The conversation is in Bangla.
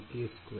Student